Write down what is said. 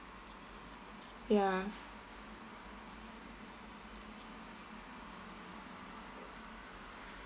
ya